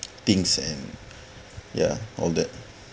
things and yeah all that